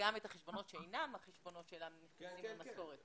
וגם את החשבונות שאינם החשבונות אליהם מתקבלת המשכורת.